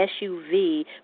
SUV